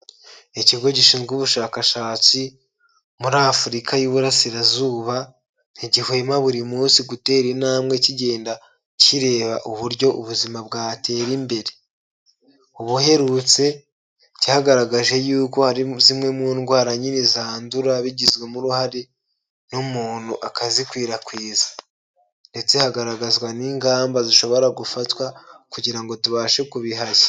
Ikigo gishinzwe ubushakashatsi muri Afurika y'uburasirazuba, ntigihwema buri munsi gutera intambwe kigenda kireba uburyo ubuzima bwatera imbere. Ubuherutse cyagaragaje y'uko hari zimwe mu ndwara nyine zandura bigizwemo uruhare n'umuntu akazikwirakwiza ndetse hagaragazwa n'ingamba zishobora gufatwa kugira ngo tubashe kubihashya.